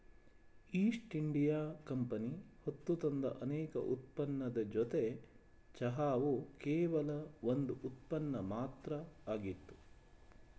East India Company ಹೊತ್ತುತಂದ ಅನೇಕ ಉತ್ಪನ್ನದ್ ಜೊತೆ ಚಹಾವು ಕೇವಲ ಒಂದ್ ಉತ್ಪನ್ನ ಮಾತ್ರ ಆಗಿತ್ತು